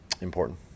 Important